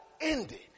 ended